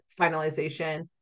finalization